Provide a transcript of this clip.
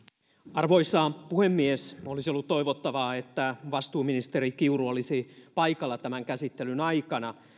arvoisa puhemies olisi ollut toivottavaa että vastuuministeri kiuru olisi paikalla tämän käsittelyn aikana